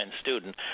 student